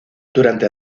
durante